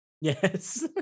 Yes